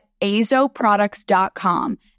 azoproducts.com